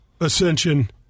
Ascension